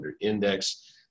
index